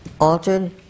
altered